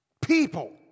people